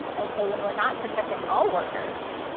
and so when we're not protecting all workers,